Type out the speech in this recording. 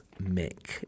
mick